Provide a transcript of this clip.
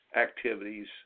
activities